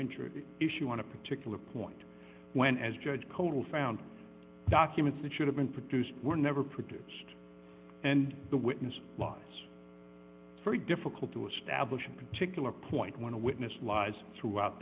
interest issue on a particular point when as judge cole found documents that should have been produced were never produced and the witness loss very difficult to establish a particular point when a witness lies throughout